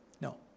No